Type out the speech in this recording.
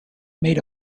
made